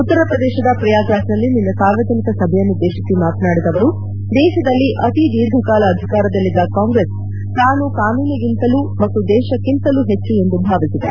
ಉತ್ತರ ಪ್ರದೇಶದ ಪ್ರಯಾಗ್ರಾಜ್ನಲ್ಲಿ ನಿನ್ನೆ ಸಾರ್ವಜನಿಕ ಸಭೆಯನ್ನುದ್ದೇಶಿಸಿ ಮಾತನಾಡಿದ ಅವರು ದೇಶದಲ್ಲಿ ಅತಿ ದೀರ್ಘಕಾಲ ಅಧಿಕಾರದಲ್ಲಿದ್ದ ಕಾಂಗ್ರೆಸ್ ತಾನು ಕಾನೂನಿಗಿಂತಲೂ ಮತ್ತು ದೇಶಕ್ಕಿಂತಲೂ ಹೆಚ್ಚು ಎಂದು ಭಾವಿಸಿದೆ